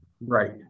Right